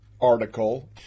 article